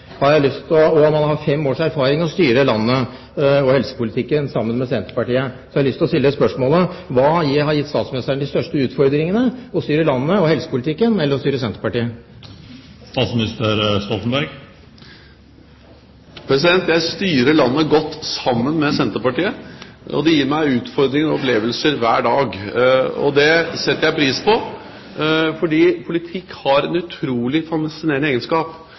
og han har fem års erfaring med å styre landet og helsepolitikken sammen med Senterpartiet, har jeg lyst til å stille spørsmålet: Hva har gitt statsministeren de største utfordringene – å styre landet og helsepolitikken, eller å styre Senterpartiet? Jeg styrer landet godt sammen med Senterpartiet. Det gir meg utfordringer og opplevelser hver dag. Det setter jeg pris på. Politikk har en utrolig fascinerende egenskap,